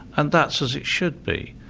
and that's as it should be.